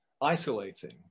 isolating